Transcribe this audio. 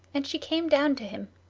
and she came down to him,